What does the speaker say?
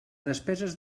despeses